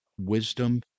wisdom